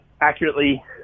accurately